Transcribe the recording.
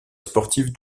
sportive